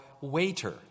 waiter